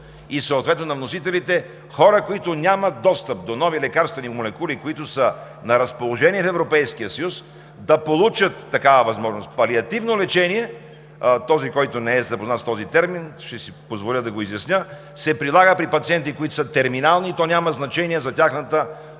и съответно на вносителите – хора, които нямат достъп до нови лекарствени молекули, които са на разположение в Европейския съюз, да получат такава възможност. Палиативно лечение – този, който не е запознат с този термин, ще си позволя да го изясня – се прилага при пациенти, които са терминални и то няма значение за тяхната